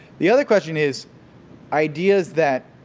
the other question is ideas that